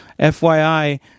FYI